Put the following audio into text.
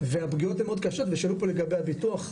והפגיעות הן מאוד קשות ושאלו פה לגבי הביטוח,